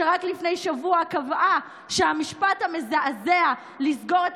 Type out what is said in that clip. שרק לפני שבוע קבעה שהמשפט המזעזע "לסגור את